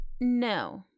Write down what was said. No